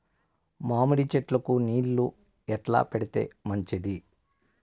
మామిడి చెట్లకు నీళ్లు ఎట్లా పెడితే మంచిది?